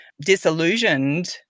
disillusioned